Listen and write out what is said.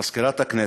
מזכירת הכנסת,